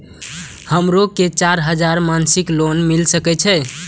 हमरो के चार हजार मासिक लोन मिल सके छे?